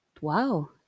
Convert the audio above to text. wow